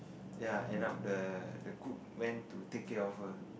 ya end up the the cook went to take care of her